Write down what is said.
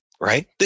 right